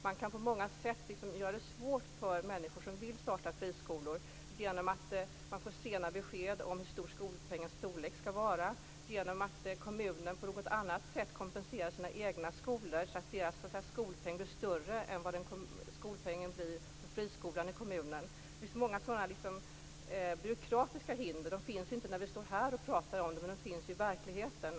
Man kan på många sätt göra det svårt för människor som vill starta friskolor genom att kommunen ger dem sena besked om skolpengens storlek eller genom att kommunen på något annat sätt kompenserar sina egna skolor så att deras skolpeng blir större än friskolans. Det finns många byråkratiska hinder. De finns inte när vi står här och talar, men de finns i verkligheten.